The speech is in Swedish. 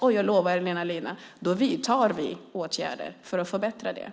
Och jag lovar Elina Linna att vi då vidtar åtgärder för att förbättra detta.